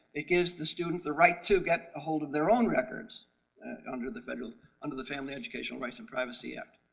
it gives the student the right to get a hold of their own records under the federal. under the family educational rights and privacy act.